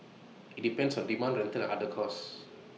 IT depends on demand rental and other costs